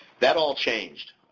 that all changed.